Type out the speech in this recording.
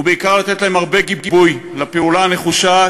ובעיקר לתת להם הרבה גיבוי לפעולה הנחושה,